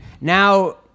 now